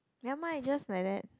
never mind just like that